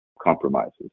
compromises